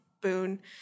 boon